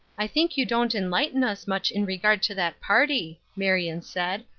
i think you don't enlighten us much in regard to that party, marion said,